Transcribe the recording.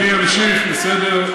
אני אמשיך, בסדר?